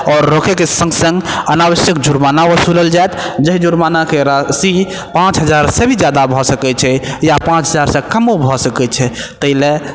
आओर रोकैके सङ्ग सङ्ग अनावश्यक जुर्माना वसूलल जायत जाहि जुर्मानाके राशि पाँच हजारसँ भी जादा भए सकै छी या पाँच हजारसँ कमो भए सकै छै ताहि लए